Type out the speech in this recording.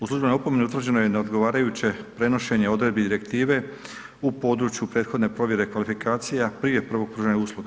U službenoj opomeni utvrđeno je neodgovarajuće prenošenje odredbi direktive u području prethodne provjere kvalifikacija prije prvog pružanja usluga.